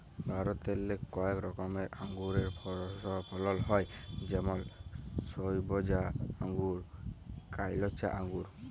ভারতেল্লে কয়েক রকমের আঙুরের ফলল হ্যয় যেমল সইবজা আঙ্গুর, কাইলচা আঙ্গুর